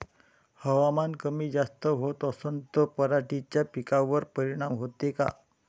हवामान कमी जास्त होत असन त पराटीच्या पिकावर परिनाम होते का?